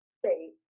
state